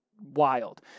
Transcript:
Wild